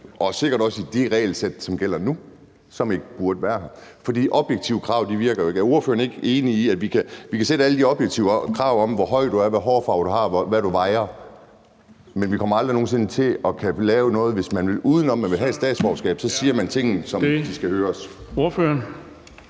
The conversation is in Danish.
og sikkert også under det regelsæt, som gælder nu, som ikke burde være her. For objektive krav virker jo ikke. Er ordføreren ikke enig i, at vi kan stille alle mulige objektive krav om, hvor høj du er, hvad hårfarve du har, og hvad du vejer, men at vi aldrig nogen sinde sådan kommer til at kunne lave noget, der virker? Hvis man vil udenom, hvis man vil have et statsborgerskab, siger man tingene, som de skal høres. Kl.